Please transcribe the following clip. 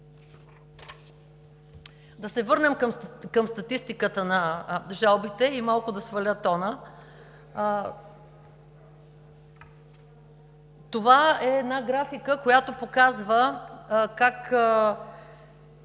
Да се върнем към статистиката на жалбите и малко да сваля тона. Това е една графика, която показва как